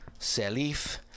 Salif